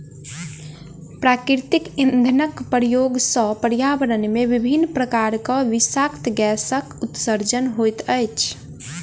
प्राकृतिक इंधनक प्रयोग सॅ पर्यावरण मे विभिन्न प्रकारक विषाक्त गैसक उत्सर्जन होइत अछि